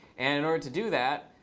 and in order to do that,